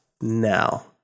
now